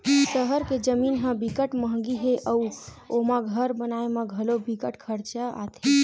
सहर के जमीन ह बिकट मंहगी हे अउ ओमा घर बनाए म घलो बिकट खरचा आथे